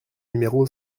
numéro